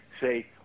Say